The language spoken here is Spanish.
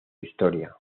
historia